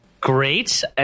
great